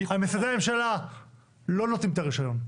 משרדי הממשלה לא נותנים את הרישיון.